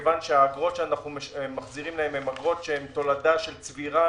מכיוון שהאגרות שאנחנו מחזירים להן הן תולדה של צבירה